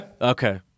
Okay